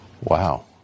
Wow